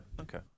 Okay